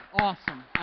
Awesome